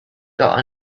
got